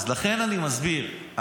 אז לכן אני מסביר.